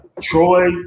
Troy